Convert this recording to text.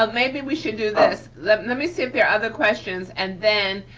um maybe we should do this, let and me see if there are other questions, and then